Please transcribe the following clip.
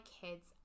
kids